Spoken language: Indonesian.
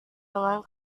dengan